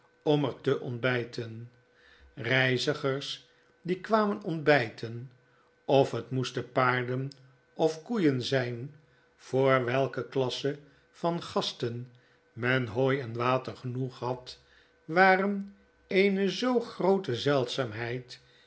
om er te ontbgten reizigers die kwamen ontbyten of het moesten paarden of koeien zgn voor welke masse van gasten men hooi en water genoeg had waren eene zoo groote